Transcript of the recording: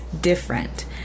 different